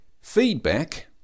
Feedback